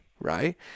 right